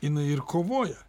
jinai ir kovoja